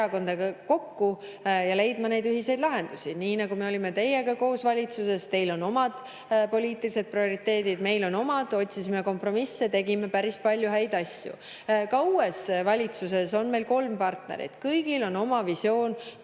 erakondadega kokku ja leidma ühiseid lahendusi. Nii nagu siis, kui me olime teiega koos valitsuses: teil on omad poliitilised prioriteedid, meil on omad, otsisime kompromissi, tegime päris palju häid asju. Ka uues valitsuses on meil kolm partnerit. Kõigil on oma visioon,